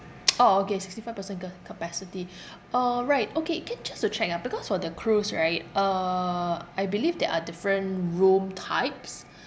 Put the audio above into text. orh okay sixty five percent ca~ capacity all right okay can just to check ah because for the cruise right uh I believe there are different room types